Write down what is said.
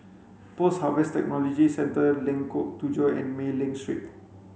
Post Harvest Technology Centre Lengkok Tujoh and Mei Ling Street